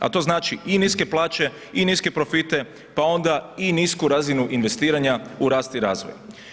A to znači i niske plaće i niske profite, pa onda i nisku razinu investiranja u rastu i razvoju.